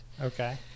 Okay